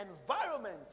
environment